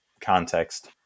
context